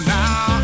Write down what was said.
now